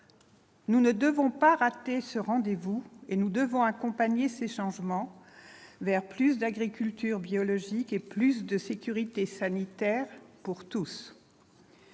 Nous ne devons pas rater ce rendez-vous et nous devons accompagner ces changements vers plus d'agriculture biologique et plus de sécurité sanitaire pour tous.